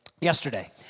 yesterday